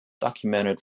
documented